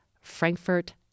Frankfurt